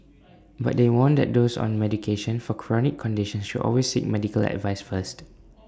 but they warn that those on medication for chronic conditions should always seek medical advice first